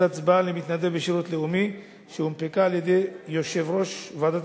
תעודת הצבעה למתנדב בשירות לאומי שהונפקה על-ידי יושב-ראש ועדת